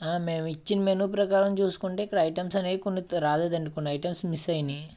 ఆ మేమిచ్చిన మెనూ ప్రకారం చూసుకుంటే ఇక్కడ ఐటమ్స్ అనేవి కొన్ని రాలేదండి కొన్ని ఐటమ్స్ మిస్ అయినాయి